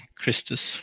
Christus